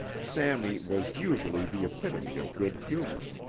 sammy was usually the epitome of good humor.